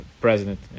president